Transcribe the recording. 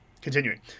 continuing